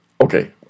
Okay